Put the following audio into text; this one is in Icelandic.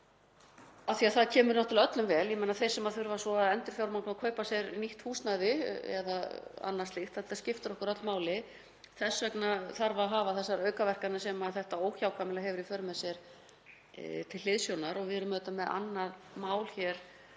því að það kemur náttúrlega öllum vel, líka fyrir þá sem þurfa svo að endurfjármagna og kaupa sér nýtt húsnæði eða annað slíkt. Þetta skiptir okkur öll máli. Þess vegna þarf að hafa þessar aukaverkanir sem þetta óhjákvæmilega hefur í för með sér til hliðsjónar. Við erum svo með annað mál hér